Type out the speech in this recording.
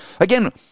Again